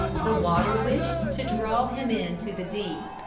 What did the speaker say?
the water wished to draw him into the deep.